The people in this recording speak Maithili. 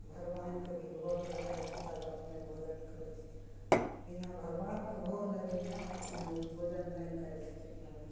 भगवानके भी भोग लगाय कऽ तब अपने भोजन करय छथिन बिना भगवानके भोग लगेने अपने उ भोजन नहि करय छथिन भगवान